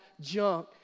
junk